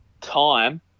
time